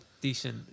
decent